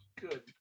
good